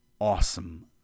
Awesome